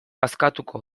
askatuko